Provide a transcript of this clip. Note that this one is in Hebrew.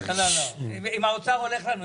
עם האוצר הולך לנו.